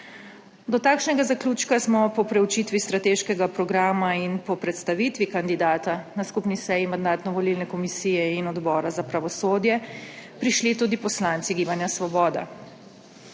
Do takšnega zaključka smo po preučitvi strateškega programa in po predstavitvi kandidata na skupni seji Mandatno-volilne komisije in Odbora za pravosodje prišli tudi poslanci Gibanja Svoboda.